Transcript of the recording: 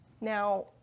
Now